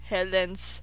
Helen's